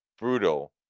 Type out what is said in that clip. Brutal